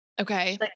okay